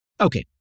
Okay